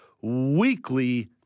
weekly